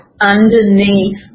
underneath